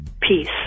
peace